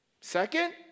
Second